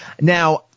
Now